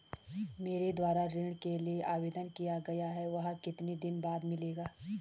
मेरे द्वारा ऋण के लिए आवेदन किया गया है वह कितने दिन बाद मिलेगा?